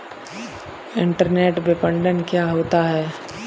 Internet विपणन क्या होता है?